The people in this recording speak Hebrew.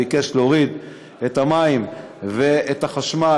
ביקש להוריד את המע"מ על המים והחשמל.